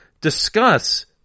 discuss